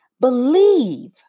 Believe